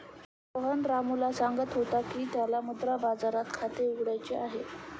सोहन रामूला सांगत होता की त्याला मुद्रा बाजारात खाते उघडायचे आहे